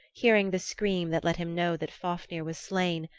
hearing the scream that let him know that fafnir was slain,